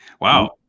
Wow